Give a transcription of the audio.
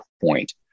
point